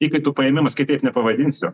įkaitų paėmimas kitaip nepavadinsiu